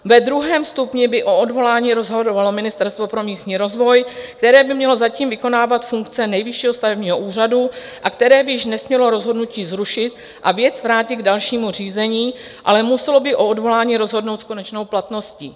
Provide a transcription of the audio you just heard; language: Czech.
Ve druhém stupni by o odvolání rozhodovalo Ministerstvo pro místní rozvoj, které by mělo zatím vykonávat funkce Nejvyššího stavebního úřadu a které by již nesmělo rozhodnutí zrušit a věc vrátit k dalšímu řízení, ale muselo by o odvolání rozhodnout s konečnou platností.